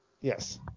Yes